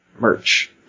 Merch